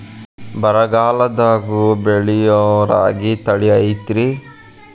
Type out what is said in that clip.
ಬರಗಾಲದಾಗೂ ಬೆಳಿಯೋ ರಾಗಿ ತಳಿ ಐತ್ರಿ?